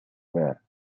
rare